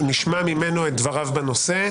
שנשמע ממנו את דבריו בנושא.